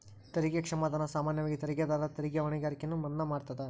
ತೆರಿಗೆ ಕ್ಷಮಾದಾನ ಸಾಮಾನ್ಯವಾಗಿ ತೆರಿಗೆದಾರರ ತೆರಿಗೆ ಹೊಣೆಗಾರಿಕೆಯನ್ನ ಮನ್ನಾ ಮಾಡತದ